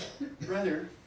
brother